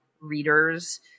readers